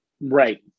Right